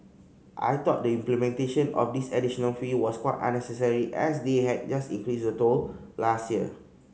I thought the implementation of this additional fee was quite unnecessary as they had just increased the toll last year